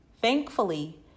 Thankfully